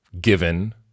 given